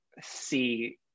see